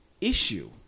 issue